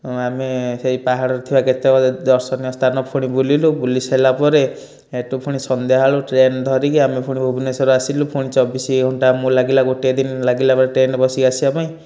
ଆମେ ସେଇ ପାହାଡ଼ରେ ଥିବା କେତେକ ଦର୍ଶନୀୟ ସ୍ଥାନ ପୁଣି ବୁଲିଲୁ ବୁଲି ସାରିଲା ପରେ ସେଇଠୁ ପୁଣି ସନ୍ଧ୍ୟା ବେଳୁ ଟ୍ରେନ୍ ଧରିକି ଆମେ ପୁଣି ଭୁବନେଶ୍ୱର ଆସିଲୁ ପୁଣି ଚବିଶ ଘଣ୍ଟା ଆମକୁ ଲାଗିଲା ଗୋଟିଏ ଦିନ ଲାଗିଲା ଟ୍ରେନରେ ବସିକି ଆସିବା ପାଇଁ